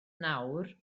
nawr